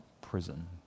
prison